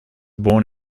born